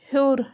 ہیوٚر